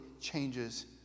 changes